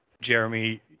Jeremy